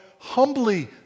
humbly